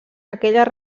aquelles